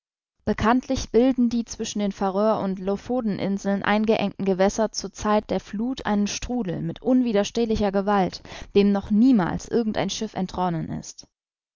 bekanntlich bilden die zwischen den farör und loffoden inseln eingeengten gewässer zur zeit der fluth einen strudel mit unwiderstehlicher gewalt dem noch niemals irgend ein schiff entronnen ist